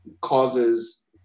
causes